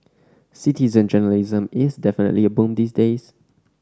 citizen journalism is definitely a boom these days